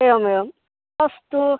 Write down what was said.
एवमेवम् अस्तु